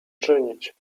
czynić